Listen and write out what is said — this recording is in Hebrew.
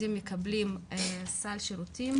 הילדים מקבלים סל שירותים.